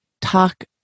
talk